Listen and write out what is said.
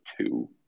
two